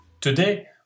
Today